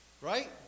Right